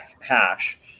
hash